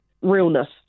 realness